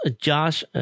Josh